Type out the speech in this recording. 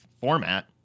format